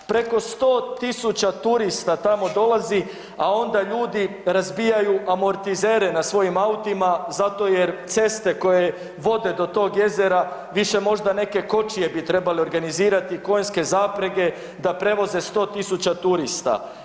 Preko 100.000 turista tamo dolazi, a onda ljudi razbijaju amortizere na svojim autima zato jer ceste koje vode do tog jezera više možda neke kočije bi trebali organizirati i konjske zaprege da prevoze 100.000 turista.